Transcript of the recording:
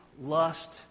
lust